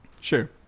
Sure